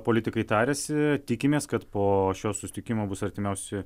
politikai tariasi tikimės kad po šio susitikimo bus artimiausi